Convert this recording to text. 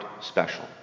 special